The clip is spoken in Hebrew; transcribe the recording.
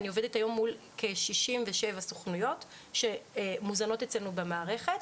אני עובדת היום מול כ-67 סוכנויות שמוזנות אצלנו במערכת.